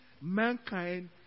mankind